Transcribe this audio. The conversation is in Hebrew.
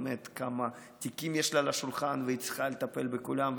כמה תיקים יש לה על השולחן והיא צריכה לטפל בכולם.